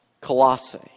Colossae